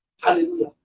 Hallelujah